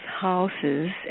houses